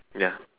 ya